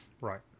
right